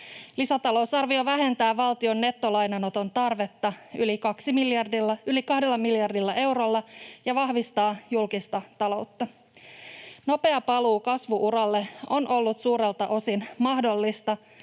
Lisätalousarvio vähentää valtion nettolainanoton tarvetta yli 2 miljardilla eurolla ja vahvistaa julkista taloutta. Nopea paluu kasvu-uralle on ollut suurelta osin mahdollista